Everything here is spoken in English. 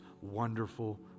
wonderful